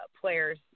players